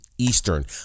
eastern